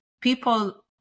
people